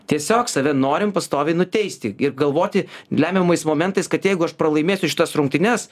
tiesiog save norim pastoviai nuteisti ir galvoti lemiamais momentais kad jeigu aš pralaimėsiu šitas rungtynes